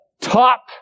top